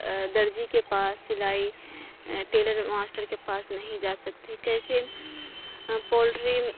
درزی کے پاس سلائی ٹیلر ماسٹر کے پاس نہیں جا سکتے کیسے پولٹری